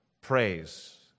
praise